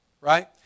Right